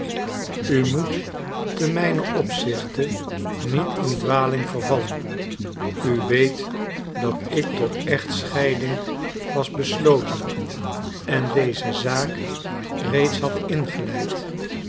u moet ten mijnen opzichte niet in dwaling vervallen u weet dat ik tot echtscheiding was besloten en deze zaak reeds had ingeleid